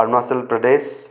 Arunachal Pradesh